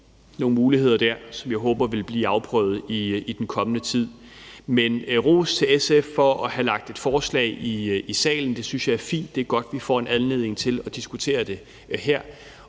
nogle muligheder, som jeg håber vil blive afprøvet i den kommende tid. Men ros til SF for at have lagt et forslag i salen, det synes jeg er fint, og det er godt, at vi får en anledning til at diskutere det her,